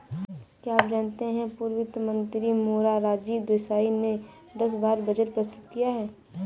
क्या आप जानते है पूर्व वित्त मंत्री मोरारजी देसाई ने दस बार बजट प्रस्तुत किया है?